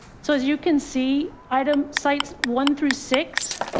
so as you can see, item sites, one through six,